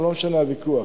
לא משנה הוויכוח.